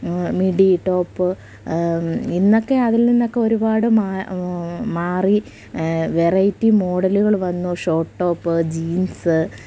midi top ഇന്നൊക്കെ അതിൽ നിന്നൊക്കെ ഒരുപാട് മാറി വെറൈറ്റി മോഡലുകൾ വന്നു ഷോർട്ട് ടോപ്പ് ജീൻസ്